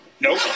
Nope